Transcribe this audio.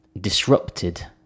disrupted